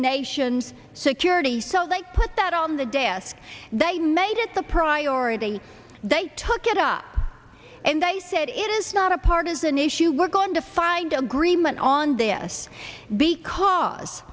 nation's security so they put that on the desk they made it the priority they took it up and they said it is not a partisan issue we're going to find agreement on this because